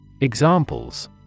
Examples